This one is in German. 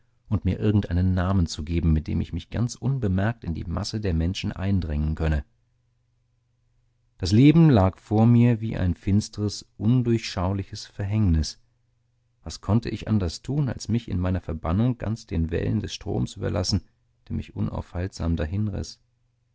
und mir irgendeinen namen zu geben mit dem ich mich ganz unbemerkt in die masse der menschen eindrängen könne das leben lag vor mir wie ein finstres undurchschauliches verhängnis was konnte ich anders tun als mich in meiner verbannung ganz den wellen des stroms überlassen der mich unaufhaltsam dahinriß